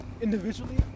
individually